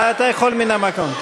אתה יכול מן המקום.